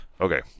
Okay